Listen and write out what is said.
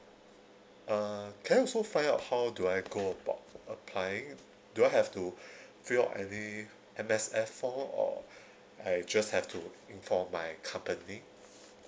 uh can I also find out how do I go about applying do I have to fill up any M_S_F form or I just have to inform my company